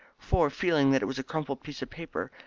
for, feeling that it was a crumpled piece of paper,